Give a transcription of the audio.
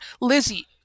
Lizzie